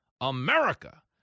America